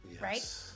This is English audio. right